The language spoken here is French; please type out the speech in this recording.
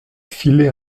filer